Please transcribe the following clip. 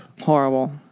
Horrible